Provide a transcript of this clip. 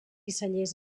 cellers